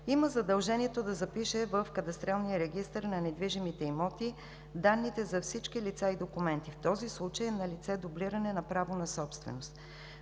има задължението да запише в кадастралния регистър на недвижимите имоти данните за всички лица и документи. В този случай е налице дублиране на право на собственост.